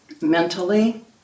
mentally